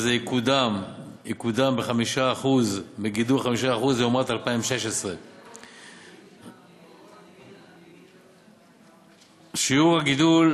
וזה יקודם בגידול של 5% לעומת 2016. שיעור הגידול